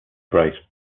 bright